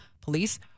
police